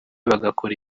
bagakora